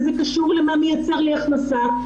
וזה קשור למה מייצר לי הכנסה,